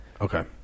Okay